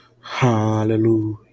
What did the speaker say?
Hallelujah